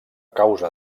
causa